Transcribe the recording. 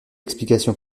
explication